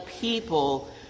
people